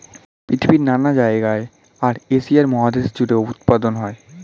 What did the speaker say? পৃথিবীর নানা জায়গায় আর এশিয়া মহাদেশ জুড়ে উৎপাদন হয়